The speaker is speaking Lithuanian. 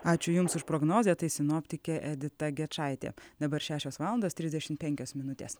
ačiū jums už prognozę tai sinoptikė edita gečaitė dabar šešios valandos trisdešim penkios minutės